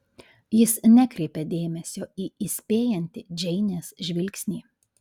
jis nekreipia dėmesio į įspėjantį džeinės žvilgsnį